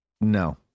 No